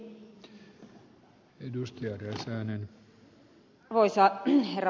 arvoisa herra puhemies